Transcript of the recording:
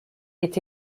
est